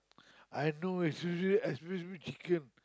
I know especially especially chicken